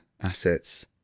assets